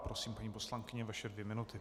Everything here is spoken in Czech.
Prosím, paní poslankyně, vaše dvě minuty.